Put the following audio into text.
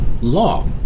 law